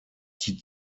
die